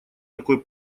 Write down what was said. такой